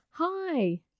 Hi